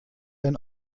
ein